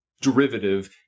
derivative